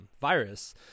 virus